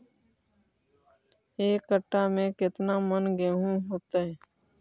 एक कट्ठा में केतना मन गेहूं होतै?